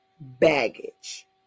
baggage